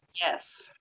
yes